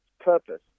purpose